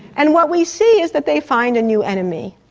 and what we see is that they find a new enemy.